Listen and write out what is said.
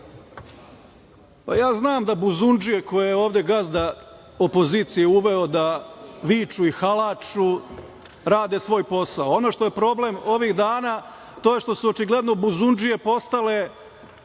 znam da buzundžije koje je ovde gazda opozicije uveo da viču i halaču rade svoj posao. Ono što je problem ovih dana to je što su očigledno buzundžije postale